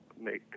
make